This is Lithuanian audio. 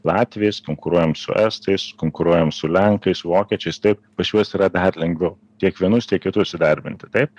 latviais konkuruojam su estais konkuruojam su lenkais vokiečiais taip pas juos yra dar lengviau tiek vienus tiek kitus įdarbinti taip